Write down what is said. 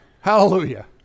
Hallelujah